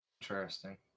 Interesting